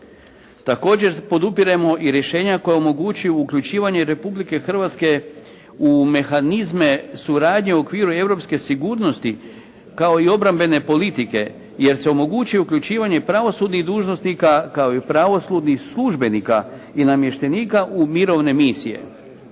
Također podupiremo i rješenja koja omogućuju uključivanje Republike Hrvatske u mehanizme suradnje u okviru europske sigurnosti kao i obrambene politike jer se omogućuje uključivanje pravosudnih dužnosnika kao i pravosudnih službenika i namještenika u mirovne misije.